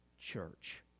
church